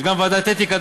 יש גם ועדת אתיקה,